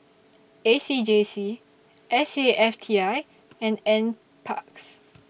A C J C S A F T I and NParks